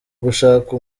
gushaka